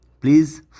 please